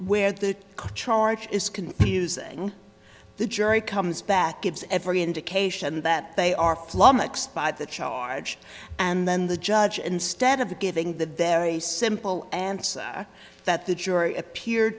where the charge is confusing the jury comes back gives every indication that they are fluxed by the charge and then the judge instead of giving the very simple answer that the jury appear